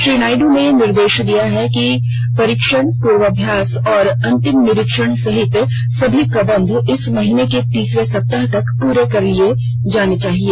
श्री नायडू ने निर्देश दिया है कि परीक्षण पूर्वाभ्यास और अंतिम निरीक्षण सहित सभी प्रबंध इस महीने के तीसरे सप्ताह तक पूरे कर लिए जाने चाहिए